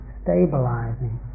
stabilizing